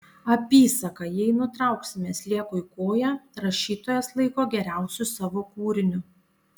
apysaką jei nutrauksime sliekui koją rašytojas laiko geriausiu savo kūriniu